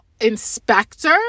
inspector